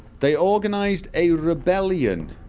they organized a rebellion